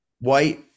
White